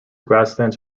grasslands